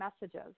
messages